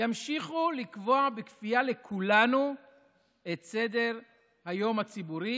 ימשיכו לקבוע בכפייה לכולנו את סדר-היום הציבורי